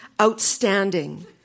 Outstanding